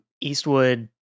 Eastwood